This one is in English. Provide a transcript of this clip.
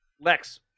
Lex